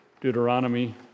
Deuteronomy